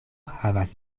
havas